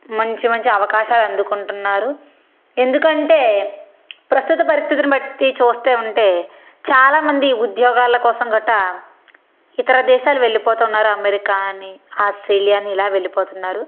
మంచి మంచి అవకాశాలు అందుకుంటున్నారు ఎందుకంటే ప్రస్తుత పరిస్థితిని బట్టి చూస్తే ఉంటే చాలా మంది ఉద్యోగాల కోసం గట్టా ఇతర దేశాలు వెళ్లిపోతున్నారు అమెరికా అని ఆస్ట్రేలియా అని ఇలా వెళ్లిపోతున్నారు